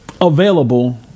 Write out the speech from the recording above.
available